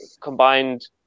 combined